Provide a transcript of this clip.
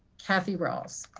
kathy ralls.